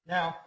Now